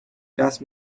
دست